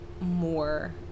more